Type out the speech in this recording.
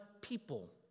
people